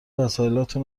وسایلاتون